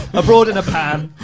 abroad in a pan,